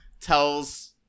tells